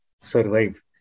survive